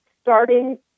starting